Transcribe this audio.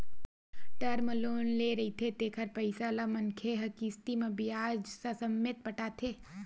term loan ले रहिथे तेखर पइसा ल मनखे ह किस्ती म बियाज ससमेत पटाथे